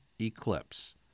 eclipse